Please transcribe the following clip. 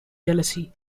jealousy